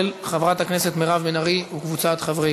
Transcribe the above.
של חברת הכנסת מירב בן ארי וקבוצת חברי